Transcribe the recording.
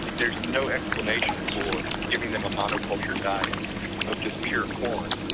there is no explanation for giving them a monoculture diet of just pure corn,